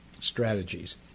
strategies